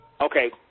Okay